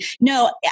No